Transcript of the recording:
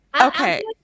okay